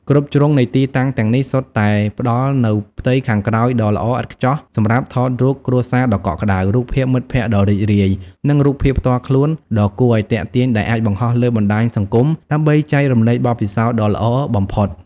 គ្រប់ជ្រុងនៃទីតាំងទាំងនេះសុទ្ធតែផ្តល់នូវផ្ទៃខាងក្រោយដ៏ល្អឥតខ្ចោះសម្រាប់រូបគ្រួសារដ៏កក់ក្តៅ រូបភាពមិត្តភក្តិដ៏រីករាយ ឬរូបភាពផ្ទាល់ខ្លួនដ៏គួរឲ្យទាក់ទាញដែលអាចបង្ហោះលើបណ្តាញសង្គមដើម្បីចែករំលែកបទពិសោធន៍ដ៏ល្អបំផុត។